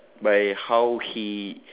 by how he